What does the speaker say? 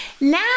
now